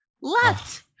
left